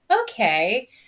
okay